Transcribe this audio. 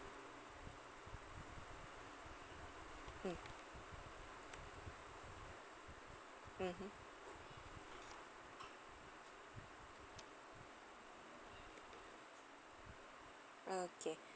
mm mmhmm okay